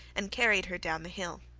and carried her down the hill.